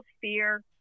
fear